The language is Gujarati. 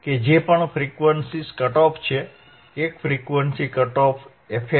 કે જે પણ ફ્રીક્વન્સીઝ કટ ઓફ છે એક ફ્રીક્વન્સી કટ ઓફ fL છે બીજું fH છે